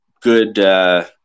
good